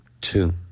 Two